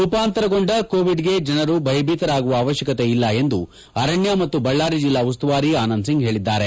ರೂಪಾಂತರಗೊಂಡ ಕೋವಿಡ್ಗೆ ಜನರು ಭಯಭೀತರಾಗುವ ಅವಶ್ಯಕತೆ ಇಲ್ಲ ಎಂದು ಅರಣ್ಯ ಮತ್ತು ಬಳ್ಳಾರಿ ಜಿಲ್ಲಾ ಉಸ್ತುವಾರಿ ಆನಂದಸಿಂಗ್ ಹೇಳಿದ್ದಾರೆ